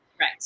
right